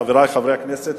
חברי חברי הכנסת,